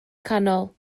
canol